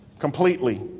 completely